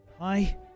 Hi